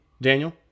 Daniel